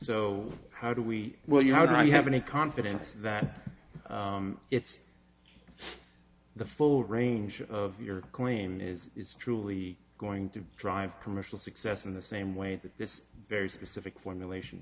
so how do we well you how do you have any confidence that it's the full range of your claim is truly going to drive commercial success in the same way that this very specific formulation